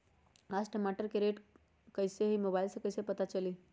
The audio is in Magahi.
आज टमाटर के रेट कईसे हैं मोबाईल से कईसे पता चली?